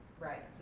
right, so